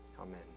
Amen